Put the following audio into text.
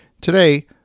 Today